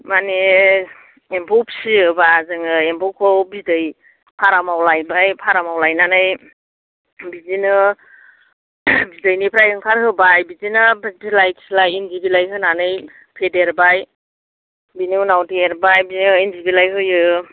माने एम्फौ फिसियोबा जोङो एम्फौखौ बिदै फारामाव लायबाय फारामाव लायनानै बिदिनो बिदैनिफ्राय ओंखारहोबाय बिदिनो बिलाइ थिलाय इन्दि बिलाइ होनानै फेदेरबाय बिनि उनाव देरबाय बियो इन्दि बिलाय होयो